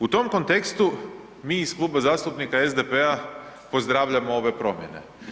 U tom kontekstu mi iz Kluba zastupnika SDP-a pozdravljamo ove promjene.